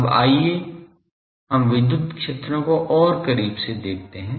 अब आइए हम विद्युत क्षेत्रों को और करीब से देखते हैं